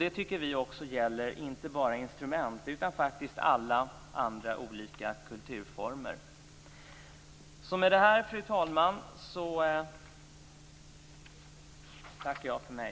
Det tycker vi också gäller inte bara instrument utan faktiskt alla andra kulturformer. Fru talman! Med detta tackar jag för mig.